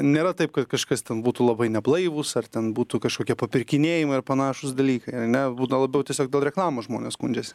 nėra taip kad kažkas ten būtų labai neblaivūs ar ten būtų kažkokie papirkinėjimai ar panašūs dalykai ar ne būna labiau tiesiog dėl reklamų žmonės skundžiasi